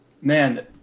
Man